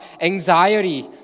anxiety